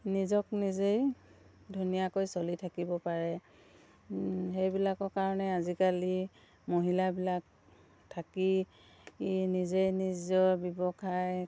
নিজক নিজেই ধুনীয়াকৈ চলি থাকিব পাৰে সেইবিলাকৰ কাৰণে আজিকালি মহিলাবিলাক থাকি নিজে নিজৰ ব্যৱসায়